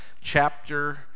chapter